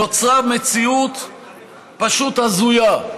נוצרה מציאות פשוט הזויה,